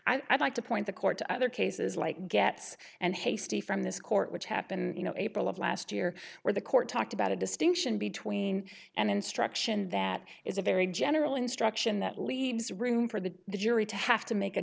error i'd like to point the court to other cases like gets and hasty from this court which happened you know april of last year where the court talked about a distinction between an instruction that is a very general instruction that leaves room for the jury to have to make a